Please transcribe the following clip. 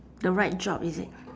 the right job is it